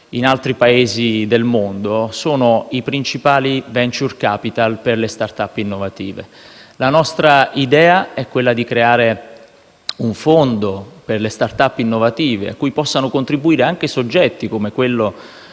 in altri Paesi del mondo sono le principali fonti di *venture capital* per le *start-up* innovative. La nostra idea è quella di creare un fondo per le *start-up* innovative cui possano contribuire anche soggetti come